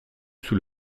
sous